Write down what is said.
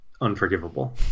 unforgivable